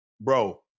Bro